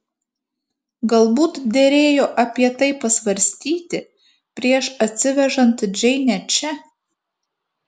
galbūt derėjo apie tai pasvarstyti prieš atsivežant džeinę čia